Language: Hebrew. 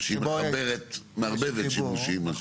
שהיא מערבבת שימושים מה שנקרא.